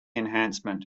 enhancement